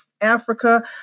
Africa